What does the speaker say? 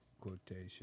quotation